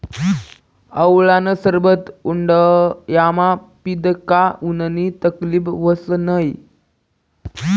आवळानं सरबत उंडायामा पीदं का उननी तकलीब व्हस नै